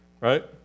Right